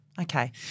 Okay